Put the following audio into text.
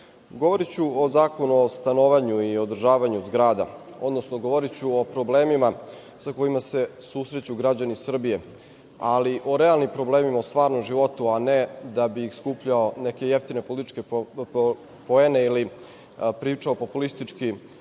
govoriću o Zakonu o stanovanju i o održavanju zgrada, odnosno govoriću o problemima sa kojima se susreću građani Srbije, ali o realnim problemima u stvarnom životu, a ne da bi skupljao neke jeftine političke poene ili pričao populistički